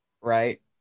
right